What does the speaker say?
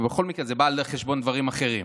ובכל מקרה זה בא על חשבון דברים אחרים,